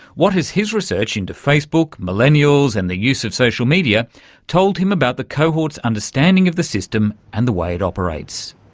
what has his research into facebook, millennials and their use of social media told him about the cohort's understanding of the system and the way it operates?